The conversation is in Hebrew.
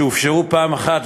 שהופשרו פעם אחת,